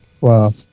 Wow